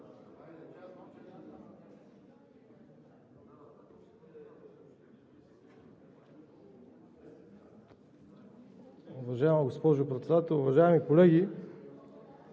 Уважаеми господин Председател, уважаеми колеги!